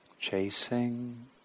chasing